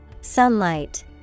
Sunlight